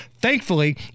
Thankfully